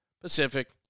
Pacific